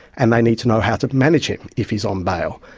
and they need to know how to manage him if he is on bail.